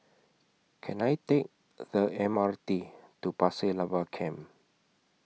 Can I Take The M R T to Pasir Laba Camp